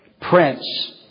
Prince